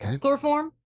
chloroform